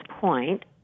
point